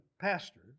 pastor